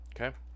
Okay